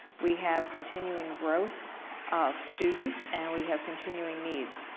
we have continuing growth of students and we have continuing needs.